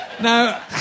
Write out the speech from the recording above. now